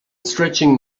stretching